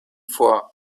for